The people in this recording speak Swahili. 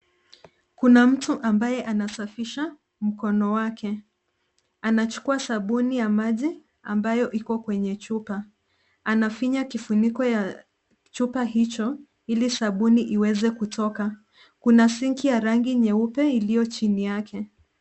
Kuna mtu ambaye anasafisha mkono wake. Anachukua sabuni ya maji ambayo iko kwenye chupa. Anafinya kifuniko ya chupa hicho ili sabuni iweze kutoka. Kuna sinki ya rangi nyeupe ilio chini yake.